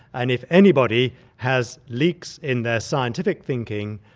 and if anybody has leaks in their scientific thinking,